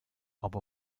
aber